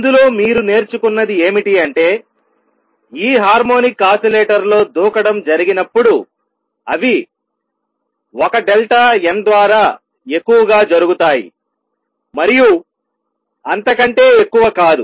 ఇందులో మీరు నేర్చుకున్నది ఏమిటి అంటే ఈ హార్మోనిక్ ఆసిలేటర్లో దూకడం జరిగినప్పుడు అవి 1 డెల్టా n ద్వారా ఎక్కువగా జరుగుతాయి మరియు అంతకంటే ఎక్కువ కాదు